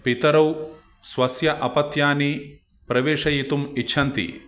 पितरौ स्वस्य अपत्यानि प्रवेशयितुम् इच्छन्ति